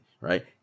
right